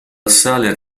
assale